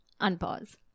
Unpause